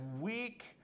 weak